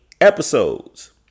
episodes